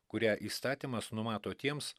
kurią įstatymas numato tiems